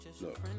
Look